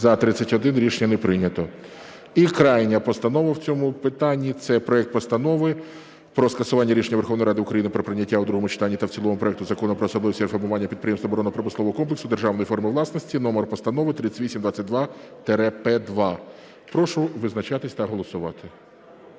За-31 Рішення не прийнято. І крайня постанова в цьому питанні – це проект Постанови про скасування рішення Верховної Ради України про прийняття у другому читанні та в цілому проекту Закону "Про особливості реформування підприємств оборонно-промислового комплексу державної форми власності" (номер Постанови 3822-П2). Прошу визначатись та голосувати.